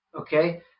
okay